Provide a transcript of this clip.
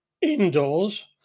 indoors